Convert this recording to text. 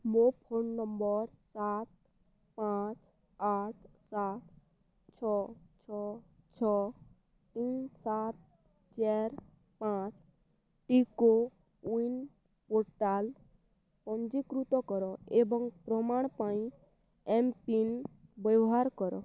ମୋ phone number ସାତ ପାଞ୍ଚ ଆଠ ସାତ ଛଅ ଛଅ ଛଅ ତିନି ସାତ ଚାରି ପାଞ୍ଚଟିକୁ ୱିନ୍ ପୋର୍ଟାଲ୍ରେ ପଞ୍ଜୀକୃତ କର ଏବଂ ପ୍ରମାଣ ପାଇଁ ଏମ୍ପିନ୍ ବ୍ୟବହାର କର